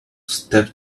step